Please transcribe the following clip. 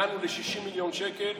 הגענו ל-60 מיליון שקל.